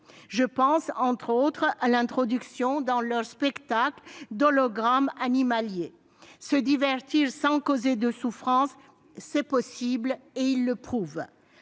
Je pense, entre autres, à l'introduction dans leurs spectacles d'hologrammes animaliers. Se divertir sans causer de souffrance, c'est possible, et les cirques le prouvent.